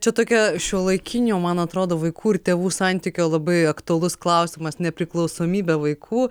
čia tokia šiuolaikinio man atrodo vaikų ir tėvų santykio labai aktualus klausimas nepriklausomybė vaikų